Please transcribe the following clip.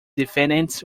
defendants